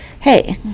hey